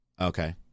Okay